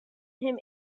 him